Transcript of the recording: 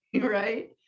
right